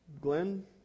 Glenn